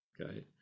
okay